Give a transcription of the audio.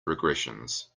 regressions